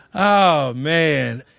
oh man,